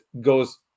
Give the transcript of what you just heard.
goes